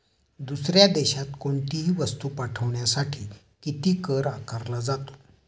दुसऱ्या देशात कोणीतही वस्तू पाठविण्यासाठी किती कर आकारला जातो?